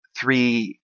three